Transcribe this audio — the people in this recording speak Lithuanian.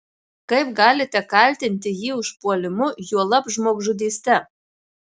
kaip galite kaltinti jį užpuolimu juolab žmogžudyste